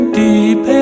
deep